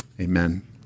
amen